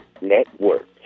Network